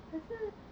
可是